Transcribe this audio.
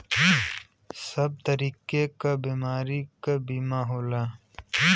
सब तरीके क बीमारी क बीमा होला